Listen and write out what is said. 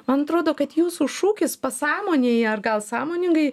man atrodo kad jūsų šūkis pasąmonėje ar gal sąmoningai